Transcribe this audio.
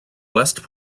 west